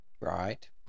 right